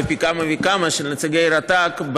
ופי כמה וכמה של נציגי רט"ג,